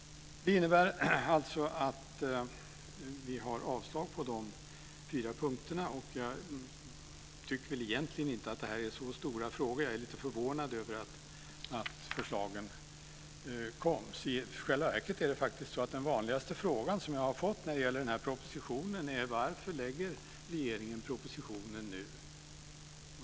Det innebär alltså att vi yrkar avslag på dessa fyra punkter, och jag tycker egentligen inte att detta är så stora frågor. Jag är lite förvånad över att förslagen kom. I själva verket är den vanligaste frågan som jag har fått när det gäller denna proposition är varför regeringen lägger fram denna proposition nu.